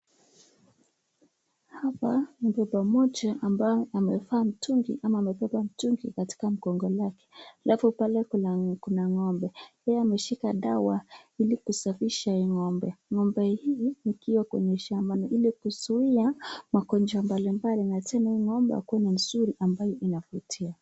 Hapa mtoto moja ambayo amevaa mtungi ama amebeba mtungi katika mgongo yake, alafu pale kuna ng'ombe. Yeye ameshika dawa ili kusafisha hii ng'ombe. Ng'ombe hii ikowa kwa shambani ili kuzuia magonjwa mbali mbali na pia hii ng'ombe akue ni mzuri ambayo inavutia.